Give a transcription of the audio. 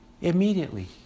Immediately